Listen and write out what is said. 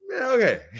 okay